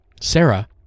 Sarah